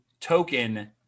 token